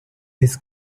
his